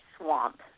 Swamp